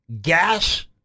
gas